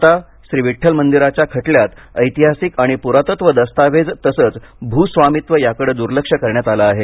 आता श्री विड्ठल मंदिराच्या खटल्यात ऐतिहासिक आणि पुरातत्व दस्तावेज तसंच भू स्वामित्व याकडे दुर्लक्ष करण्यात आलं आहे